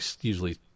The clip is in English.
usually